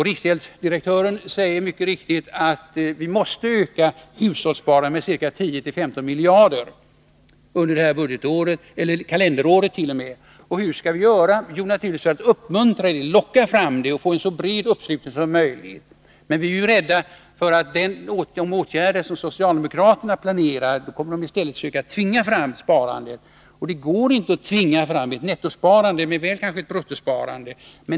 Riksgäldsdirektören säger mycket riktigt att vi måste öka hushållssparandet med 10-15 miljarder under detta kalenderår. Och hur skall vi göra det? Jo, naturligtvis genom att uppmuntra och locka fram det och få en så bred uppslutning som möjligt. Men vi är rädda för att de åtgärder som socialdemokraterna planerar i stället är att försöka tvinga fram ett sparande. Det går dock inte att tvinga fram ett nettosparande, men väl kanske ett bruttosparande.